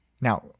Now